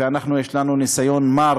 ואנחנו, לנו יש ניסיון מר